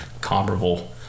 comparable